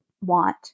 want